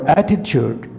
attitude